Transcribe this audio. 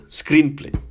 screenplay